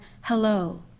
hello